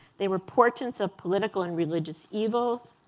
they were portraits of political and religious evils,